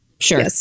Sure